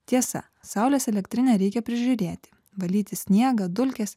tiesa saulės elektrinę reikia prižiūrėti valyti sniegą dulkes